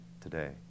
today